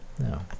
No